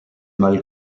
mal